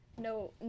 no